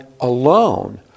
alone